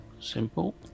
simple